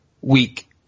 week